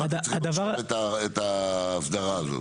למה אתם צריכים את האסדרה הזאת?